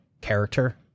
character